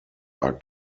are